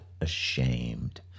ashamed